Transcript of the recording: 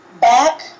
Back